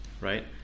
right